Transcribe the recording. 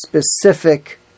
specific